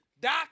Doc